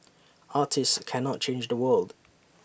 artists cannot change the world